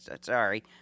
sorry